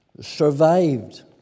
survived